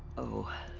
oh.